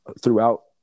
throughout